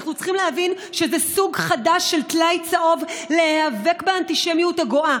אנחנו צריכים להבין שזה סוג חדש של טלאי צהוב ולהיאבק באנטישמיות הגואה.